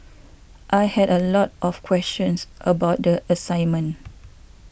I had a lot of questions about the assignment